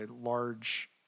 large